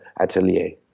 atelier